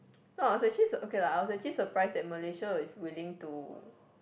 no lah I was actually s~ okay lah I was actually surprised that Malaysia is willing to